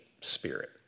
spirit